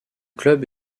club